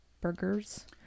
Burgers